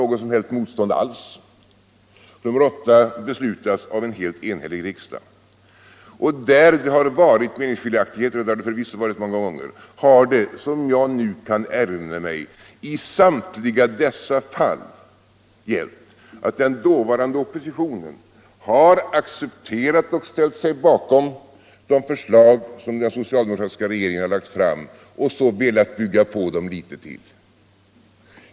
Reformerna har ofta beslutats Allmänpolitisk debatt Allmänpolitisk debatt 160 av en helt enhällig riksdag. De meningsskiljaktligheter som förvisso många gånger funnits, har, såvilt jag nu kan erinra mig, i samtliga fall gällt att den dåvarande oppositionen som har accepterat och ställt sig bakom de förslag som den socialdemokratiska regeringen lagt fram vetat bygga på dem litet till.